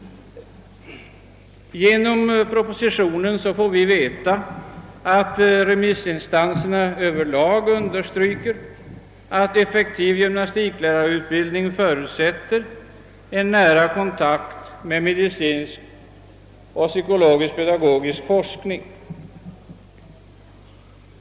Genom propositionen får vi veta att remissinstanserna överlag understryker att effektiv gymnastiklärarutbildning förutsätter en nära kontakt med medicinsk och psykologisk-pedagogisk forskning.